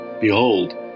Behold